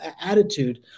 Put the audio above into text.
attitude